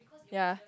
ya